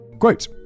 Quote